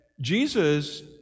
Jesus